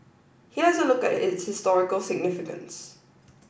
here's a look at its historical significance